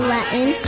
Latin